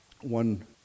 One